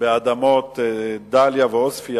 באדמות דאליה ועוספיא